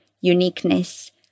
uniqueness